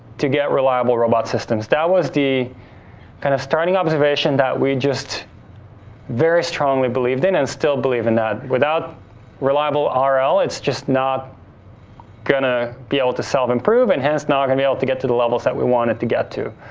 to get reliable robot systems. that was the kind of starting observation that we just very strongly believe, they don't and still believe in that. without reliable um rl, it's just not gonna be able to self-improve, and hence, not gonna be able to get to the levels that we want it to get to.